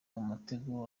umutego